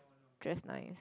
just nice